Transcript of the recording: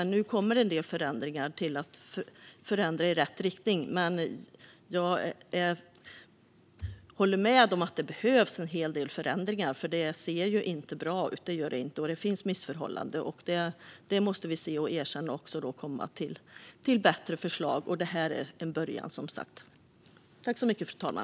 Nu kommer dock en del förslag om förändringar i rätt riktning. Jag håller med om att det behövs en hel del förändringar, för det ser ju inte bra ut. Det finns missförhållanden, och dem måste vi se och erkänna - och komma med bättre förslag. Detta är som sagt en början.